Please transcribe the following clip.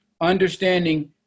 understanding